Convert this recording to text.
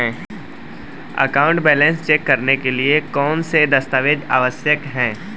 Account balance check करने के लिए कौनसे दस्तावेज़ आवश्यक हैं?